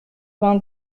vingt